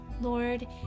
Lord